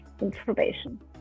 information